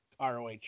ROH